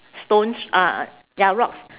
stones uh ya rocks